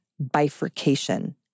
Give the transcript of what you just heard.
Bifurcation